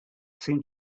seemed